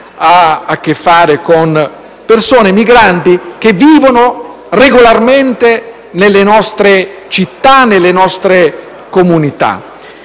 ha a che fare con persone migranti che vivono regolarmente nelle nostre città e nelle nostre comunità.